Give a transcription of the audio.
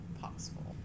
possible